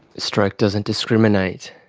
stroke doesn't discriminate.